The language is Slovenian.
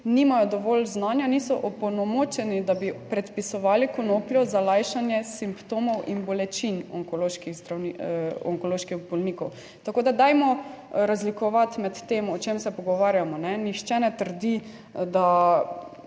tudi nimajo dovolj znanja, niso opolnomočeni, da bi predpisovali konopljo za lajšanje simptomov in bolečin onkoloških bolnikov. Tako, da dajmo razlikovati med tem, o čem se pogovarjamo. Nihče ne trdi, da